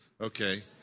Okay